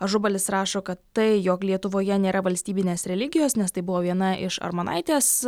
ažubalis rašo kad tai jog lietuvoje nėra valstybinės religijos nes tai buvo viena iš armonaitės